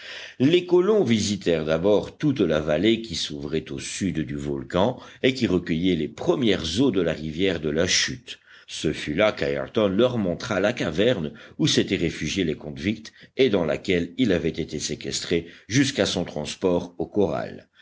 les colons visitèrent d'abord toute la vallée qui s'ouvrait au sud du volcan et qui recueillait les premières eaux de la rivière de la chute ce fut là qu'ayrton leur montra la caverne où s'étaient réfugiés les convicts et dans laquelle il avait été séquestré jusqu'à son transport au corral